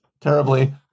terribly